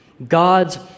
God's